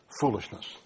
foolishness